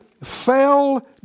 fell